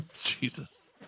Jesus